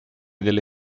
delle